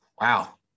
Wow